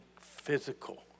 physical